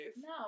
no